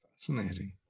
Fascinating